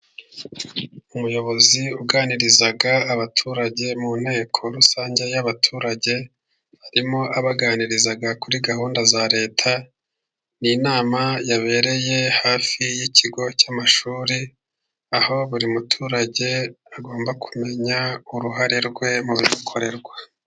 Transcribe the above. Umuyobozi uganiriza abaturage mu nteko rusange y'abaturage. Arimo abaganiriza kuri gahunda za leta . Ni inama yabereye hafi y'ikigo cy'amashuri, aho buri muturage agomba kumenya uruhare rwe mu bimukorerwa.